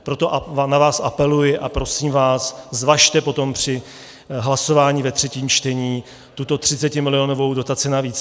Proto na vás apeluji a prosím vás, zvažte potom při hlasování schválit ve třetím čtení tuto 30milionovou dotaci navíc.